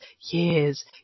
years